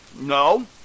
No